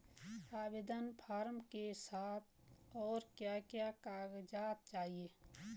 आवेदन फार्म के साथ और क्या क्या कागज़ात चाहिए?